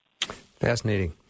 Fascinating